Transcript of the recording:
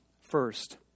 First